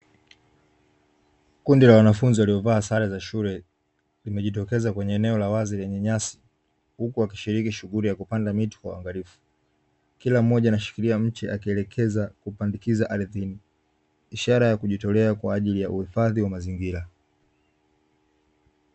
Kundi la wanafunzi waliovaa sare za shule, limejitokeza katika eneo la wazi lenye nyasi, huku wakishiriki shughuli ya kupanda nyasi kwa uangalifu. Kila mmoja ameshikilia mche akielekeza kupandikiza ardhini .Ishara ya kujitolea kwa ajili ya uhifadhi wa mazingira.